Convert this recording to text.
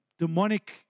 demonic